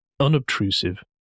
unobtrusive